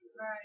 Right